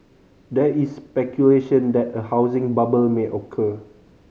there is speculation that a housing bubble may occur